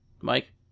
Mike